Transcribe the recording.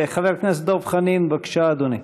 חבר הכנסת דב חנין, בבקשה, אדוני.